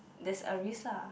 there's a risk lah